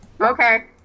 Okay